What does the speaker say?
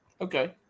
Okay